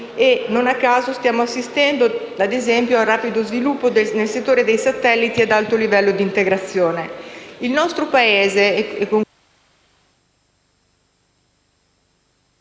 Non a caso stiamo assistendo, ad esempio, al rapido sviluppo nel settore dei satelliti ad alto livello di integrazione.